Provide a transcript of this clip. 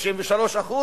93%,